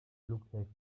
flughäfen